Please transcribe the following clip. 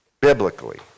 biblically